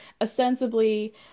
ostensibly